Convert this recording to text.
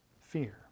fear